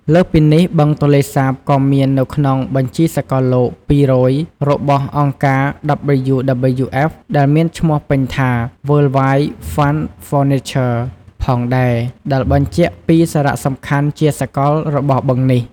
លើសពីនេះ បឹងទន្លេសាបក៏មាននៅក្នុង បញ្ជីសកលលោក ២០០ របស់អង្គការ WWF ដែលមានឈ្មោះពេញថា World Wide Fund for Nature ផងដែរ ដែលបញ្ជាក់ពីសារៈសំខាន់ជាសកលរបស់បឹងនេះ។